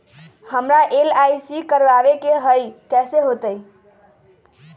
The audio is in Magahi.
हमरा एल.आई.सी करवावे के हई कैसे होतई?